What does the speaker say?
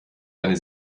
deine